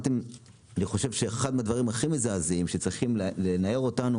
אני חושב שאחד הדברים הכי מזעזעים שצריכים לנער אותם